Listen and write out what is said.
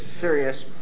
serious